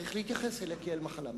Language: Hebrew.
צריך להתייחס אליה כאל מחלה מסוכנת,